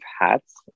hats